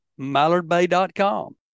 mallardbay.com